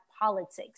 politics